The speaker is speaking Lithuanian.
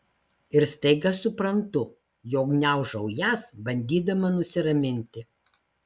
ir staiga suprantu jog gniaužau jas bandydama nusiraminti